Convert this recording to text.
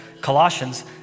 Colossians